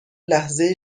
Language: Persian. لحظه